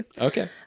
Okay